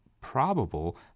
probable